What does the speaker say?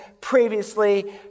previously